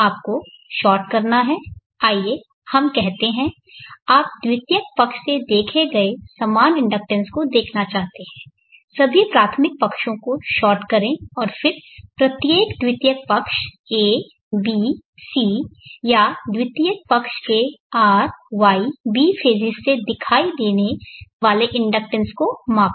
आपको शार्ट करना है आइए हम कहते हैं आप द्वितीयक पक्ष से देखे गए समान इंडक्टेंस को देखना चाहते हैं सभी प्राथमिक पक्षों को शार्ट करें और फिर प्रत्येक द्वितीयक पक्ष a b c या द्वितीयक पक्ष के RYB फेज़ेस से दिखाई देने वाले इंडक्टेंस को मापें